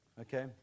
Okay